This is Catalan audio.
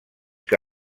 que